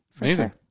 Amazing